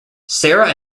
sarah